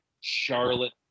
Charlotte